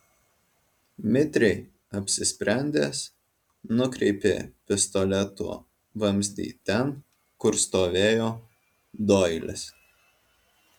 mitriai apsisprendęs nukreipė pistoleto vamzdį ten kur stovėjo doilis